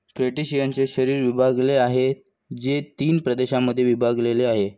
क्रस्टेशियन्सचे शरीर विभागलेले आहे, जे तीन प्रदेशांमध्ये विभागलेले आहे